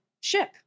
ship